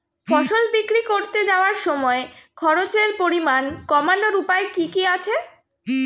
ফসল বিক্রি করতে যাওয়ার সময় খরচের পরিমাণ কমানোর উপায় কি কি আছে?